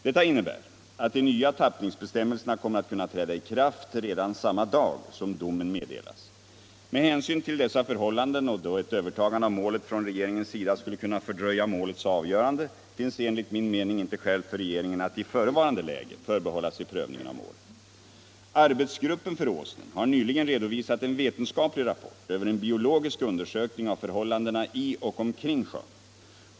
Detta innebär att de nya tappningsbestämmelserna kommer att kunna träda i kraft redan samma dag som domen meddelas. Med hänsyn till dessa förhållanden och då ett övertagande av målet från regeringens sida skulle kunna fördröja målets avgörande finns enligt min mening inte skäl för regeringen att i förevarande läge förbehålla sig prövningen av målet. Arbetsgruppen för Åsnen har nyligen redovisat en vetenskaplig rapport över en biologisk undersökning av förhållandena i och omkring sjön.